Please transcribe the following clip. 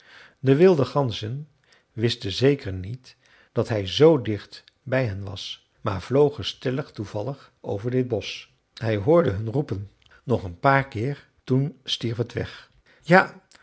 de wilde ganzen wisten zeker niet dat hij z dicht bij hen was maar vlogen stellig toevallig over dit bosch hij hoorde hun roepen nog een paar keer toen stierf het weg ja